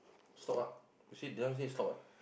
stop ah you see this one say stop what